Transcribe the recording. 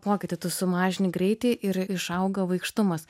pokytį tu sumažini greitį ir išauga vaikštumas